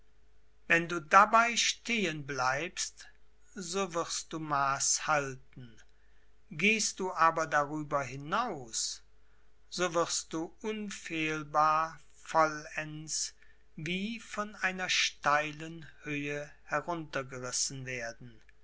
wenn du dabei stehen bleibst so wirst du maß halten gehst du aber darüber hinaus so wirst du unfehlbar vollends wie von einer steilen höhe heruntergerissen werden